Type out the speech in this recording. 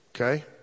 okay